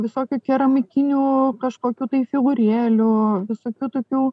visokių keramikinių kažkokių tai figūrėlių visokių tokių